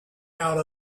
out